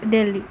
Delhi